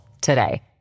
today